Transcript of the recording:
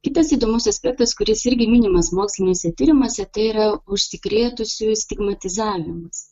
kitas įdomus aspektas kuris irgi minimas moksliniuose tyrimuose tai yra užsikrėtusiųjų stigmatizavimas